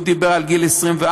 הוא דיבר על גיל 24,